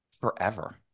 forever